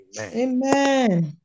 amen